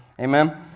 amen